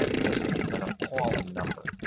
ah just an an appalling number,